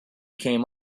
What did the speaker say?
came